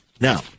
Now